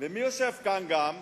ומי יושב כאן גם,